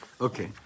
Okay